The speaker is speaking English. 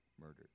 murdered